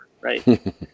right